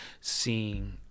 seeing